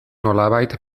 nolabait